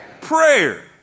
prayer